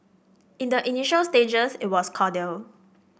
in the initial stages it was cordial